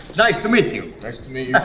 nice to meet you. nice to meet yeah